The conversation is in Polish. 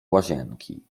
łazienki